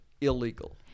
illegal